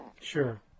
Sure